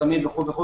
סמים וכו',